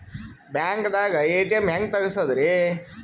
ಬ್ಯಾಂಕ್ದಾಗ ಎ.ಟಿ.ಎಂ ಹೆಂಗ್ ತಗಸದ್ರಿ?